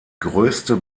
größte